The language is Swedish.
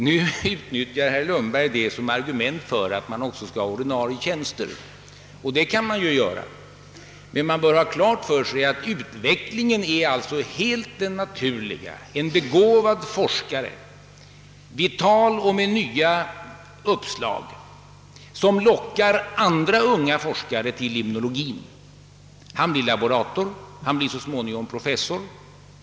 Nu utnyttjar herr Lundberg detta som argument för att det också skall vara ordinarie tjänster, och det kan han ju göra. Men man bör ha klart för sig att utvecklingen är den helt naturliga: en begåvad forskare, vital och med nya uppslag, som lockar andra unga forskare till limnologien, blir laborator och så småningom professor.